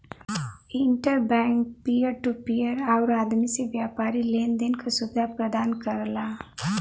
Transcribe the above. inter bank peer to peer आउर आदमी से व्यापारी लेन देन क सुविधा प्रदान करला